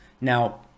Now